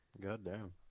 Goddamn